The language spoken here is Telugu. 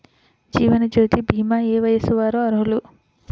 జీవనజ్యోతి భీమా ఏ వయస్సు వారు అర్హులు?